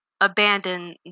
abandon